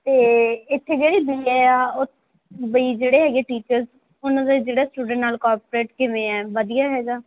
ਅਤੇ ਇੱਥੇ ਜਿਹੜੀ ਬੀ ਏ ਆ ਓਹ ਬਈ ਜਿਹੜੇ ਹੈਗੇ ਟੀਚਰਸ ਉਹਨਾਂ ਦਾ ਜਿਹੜਾ ਸਟੂਡੈਂਟ ਨਾਲ ਕੋਪਰੇਟ ਕਿਵੇਂ ਆ ਵਧੀਆ ਹੈਗਾ